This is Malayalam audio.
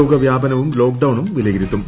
രോഗവൃാപനവും ലോക്ഡൌൺൂം വിലയിരുത്തും